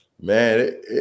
Man